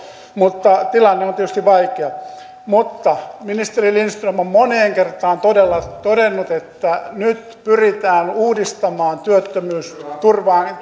mutta tilanne on tietysti vaikea mutta ministeri lindström on moneen kertaan todella todennut että nyt pyritään uudistamaan työttömyysturvaa